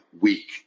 weak